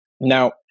Now